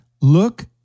Look